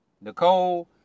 Nicole